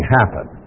happen